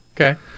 okay